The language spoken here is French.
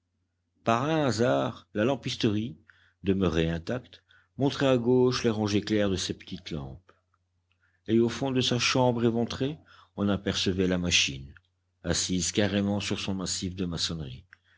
par un hasard la lampisterie demeurée intacte montrait à gauche les rangées claires de ses petites lampes et au fond de sa chambre éventrée on apercevait la machine assise carrément sur son massif de maçonnerie